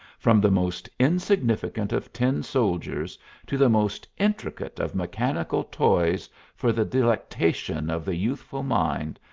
from the most insignificant of tin-soldiers to the most intricate of mechanical toys for the delectation of the youthful mind,